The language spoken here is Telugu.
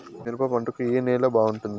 మిరప పంట కు ఏ నేల బాగుంటుంది?